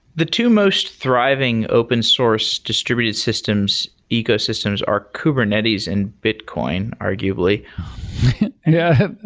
the two most thriving open source distributed systems ecosystems are kubernetes and bitcoin, arguably yeah,